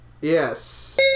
Yes